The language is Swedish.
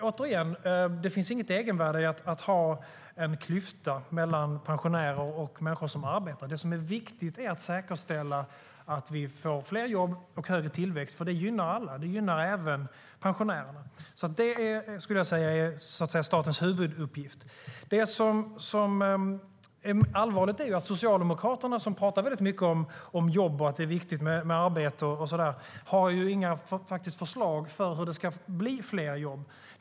Återigen: Det finns inget egenvärde i att ha en klyfta mellan pensionärer och människor som arbetar. Det som är viktigt är att säkerställa att vi får fler jobb och högre tillväxt, för det gynnar alla, även pensionärerna. Det skulle jag säga är statens huvuduppgift. Det som är allvarligt är att Socialdemokraterna, som pratar väldigt mycket om jobb och att det är viktigt med arbete, inte har några förslag för hur det ska bli fler jobb.